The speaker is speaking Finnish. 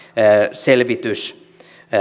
selvitys